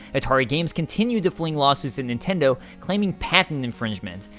atari games continued to fling lawsuits at nintendo, claiming patent infringement.